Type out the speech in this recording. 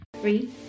Three